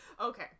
Okay